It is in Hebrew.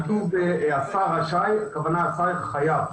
כתוב: רשאי, הכוונה חייב.